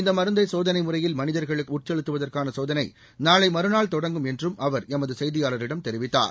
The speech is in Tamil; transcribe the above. இந்த மருந்தை சோதனை முறையில் மனிதர்களுக்கும் உட்செலுத்துவற்கான சோதனை நாளை மறுநாள் தொடங்கும் என்றும் அவர் எமது செய்தியாளரிடம் தெரிவித்தார்